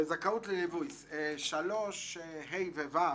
ב-3(ה) ו-(ו)